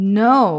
no